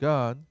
God